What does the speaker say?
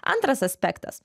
antras aspektas